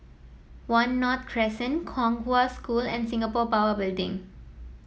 One North Crescent Kong Hwa School and Singapore Power Building